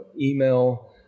email